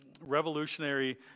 revolutionary